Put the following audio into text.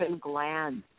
glands